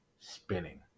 spinning